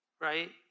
Right